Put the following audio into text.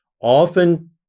often